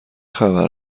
خبر